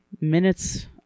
minutes